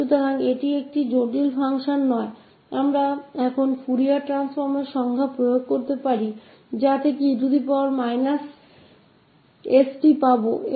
तो यह भी एक कडहिं फंक्शन नहीं है अब हम फॉरिएर ट्रांसफॉर्म की परिभासा लगा सकते है की 𝑒−𝑠𝑡और tc है और दूसरे केस क लिए हमारे पास है 𝑒−𝑠𝑡 जो है tc